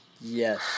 Yes